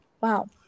Wow